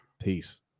Peace